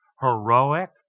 heroic